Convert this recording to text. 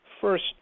First